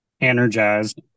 energized